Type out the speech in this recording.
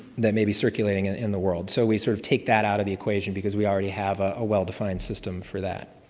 that may be circulating in the world. so we sort of take that out of the equation because we already have a well-defined system for that.